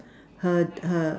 her her